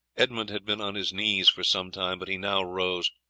edmund had been on his knees for some time, but he now rose.